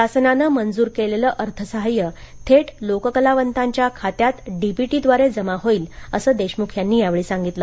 शासनाने मंजूर केलेलं अर्थसहाय्य थेट लोककलावतांच्या खात्यात डीबीटी द्वारे जमा होईल असं देशमुख यांनी यावेळी सांगितलं